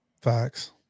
facts